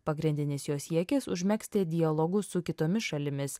pagrindinis jo siekis užmegzti dialogus su kitomis šalimis